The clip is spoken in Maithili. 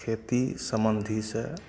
खेती समन्धी से